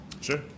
Sure